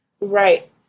Right